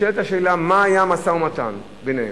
נשאלת השאלה: מה היה המשא-ומתן ביניהם?